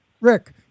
Rick